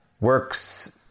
Works